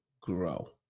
grow